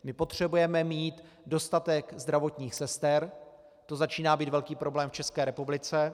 My potřebujeme mít dostatek zdravotních sester, to začíná být velký problém v České republice.